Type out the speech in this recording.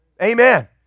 Amen